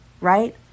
right